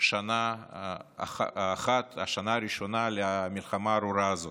שנה ראשונה למלחמה הארורה הזאת.